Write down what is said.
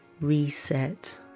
reset